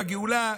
בגאולה,